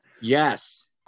Yes